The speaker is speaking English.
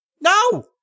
No